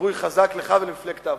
גיבוי חזק לך ולמפלגת העבודה.